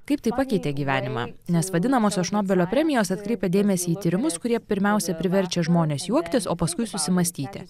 kaip tai pakeitė gyvenimą nes vadinamosios šnobelio premijos atkreipia dėmesį į tyrimus kurie pirmiausia priverčia žmones juoktis o paskui susimąstyti